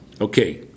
Okay